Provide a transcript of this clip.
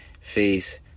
face